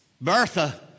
Bertha